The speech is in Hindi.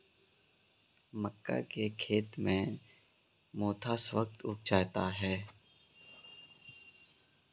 मक्का के खेत में मोथा स्वतः उग जाता है